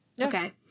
Okay